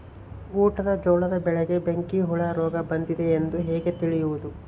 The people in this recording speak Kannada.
ಊಟದ ಜೋಳದ ಬೆಳೆಗೆ ಬೆಂಕಿ ಹುಳ ರೋಗ ಬಂದಿದೆ ಎಂದು ಹೇಗೆ ತಿಳಿಯುವುದು?